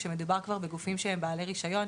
כשמדובר בגופים שהם כבר בעלי רישיון,